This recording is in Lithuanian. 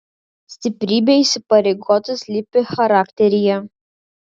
stiprybė įsipareigoti slypi charakteryje